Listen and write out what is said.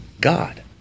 God